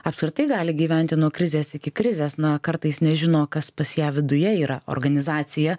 apskritai gali gyventi nuo krizės iki krizės na kartais nežino kas pas ją viduje yra organizacija